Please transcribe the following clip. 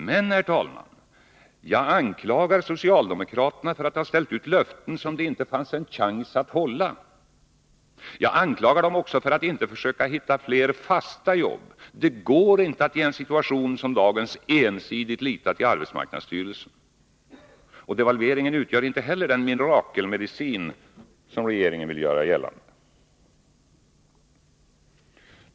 Men, herr talman, jag anklagar socialdemokraterna för att ha ställt ut löften som det inte fanns en chans att hålla. Jag anklagar dem också för att inte försöka hitta fler fasta jobb. Det går inte att i en situation som dagens ensidigt lita till arbetsmarknadsstyrelsen. Devalveringen utgör inte heller den mirakelmedicin som regeringen vill göra gällande.